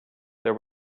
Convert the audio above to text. there